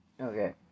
Okay